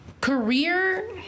career